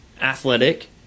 athletic